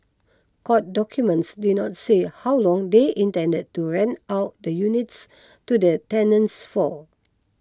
court documents did not say how long they intended to rent out the units to the tenants for